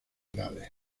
edades